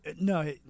No